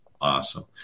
Awesome